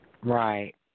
Right